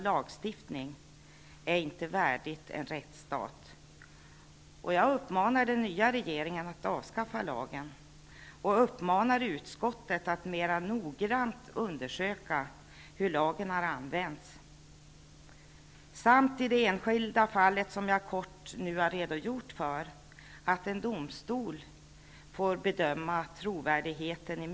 Många av dem blev psykiskt knäckta och är förstörda för livet. Jag uppmanar den nya regeringen att avskaffa lagen. Jag uppmanar utskottet att mera noggrant undersöka hur lagen har använts. Jag vill också att en domstol får bedöma trovärdigheten i misstankarna mot mannen i det enskilda fallet som jag kort redogjort för.